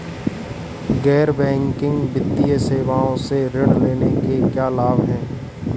गैर बैंकिंग वित्तीय सेवाओं से ऋण लेने के क्या लाभ हैं?